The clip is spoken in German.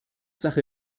sache